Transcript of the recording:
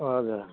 हजुर